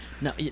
No